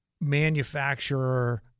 manufacturer